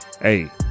Hey